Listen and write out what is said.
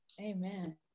Amen